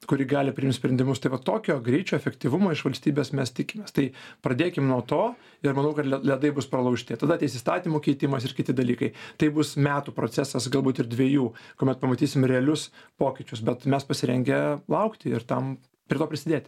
kuri gali priimti sprendimus taip vat tokio greičio efektyvumo iš valstybės mes tikimės tai pradėkim nuo to ir manau kad ledai bus pralaužti tada ateis įstatymų keitimas ir kiti dalykai tai bus metų procesas galbūt ir dvejų kuomet pamatysim realius pokyčius bet mes pasirengę laukti ir tam prie to prisidėti